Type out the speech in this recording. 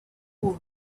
who